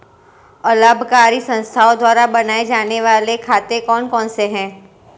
अलाभकारी संस्थाओं द्वारा बनाए जाने वाले खाते कौन कौनसे हैं?